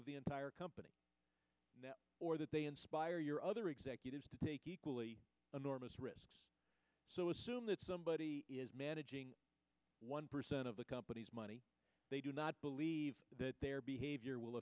of the entire company or that they inspire your other executives to take equally enormous risk so assume that somebody is managing one percent of the company's money they do not believe that their behavior will